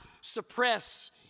suppress